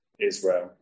Israel